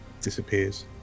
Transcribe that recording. disappears